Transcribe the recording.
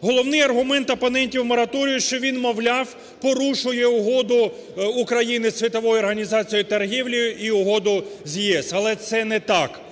Головний аргумент опонентів мораторію, що він, мовляв, порушує угоду України із Світовою організацією